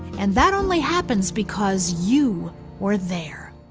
and that only happens, because you were there.